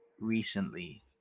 recently